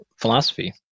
philosophy